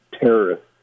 terrorists